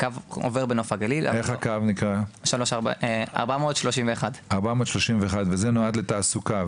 ועובר בו קו 431. וזה נועד לתעסוקה.